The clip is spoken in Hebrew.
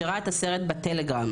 שראה את הסרט בטלגרם.